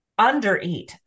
undereat